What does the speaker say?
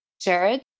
Jared